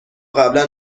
قبلا